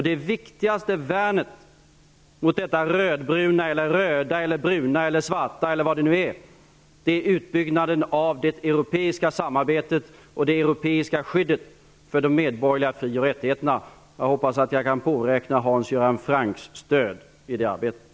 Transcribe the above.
Det viktigaste värnet mot detta rödbruna, röda, bruna eller svarta är utbyggnaden av det europeiska samarbetet och det europeiska skyddet för de medborgerliga fri och rättigheterna. Jag hoppas att jag kan påräkna Hans Göran Francks stöd i det arbetet.